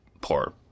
poor